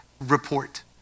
report